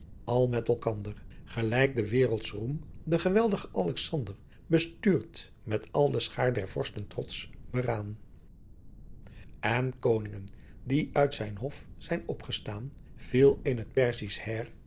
al met elkander gelyk de wereldsroem de weldighe alexander bestuurt met all de schaar der vorsten trots beraân en koningen die uit zijn hof zijn opgestaan viel in het